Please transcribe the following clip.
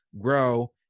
grow